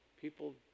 People